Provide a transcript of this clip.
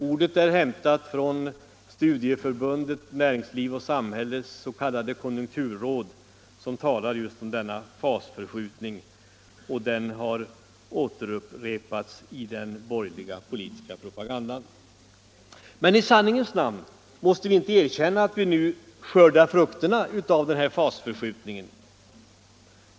Ordet är hämtat från Studieförbundet Näringsliv och samhälles s.k. konjunkturråd, där man talar just om Sverige ”ur fas”, och ordet har upprepats i den borgerliga politiska propagandan. Men måste vi inte i sanningens namn erkänna att vi nu skördar frukterna av den här fasförskjutningen?